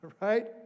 Right